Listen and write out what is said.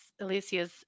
Alicia's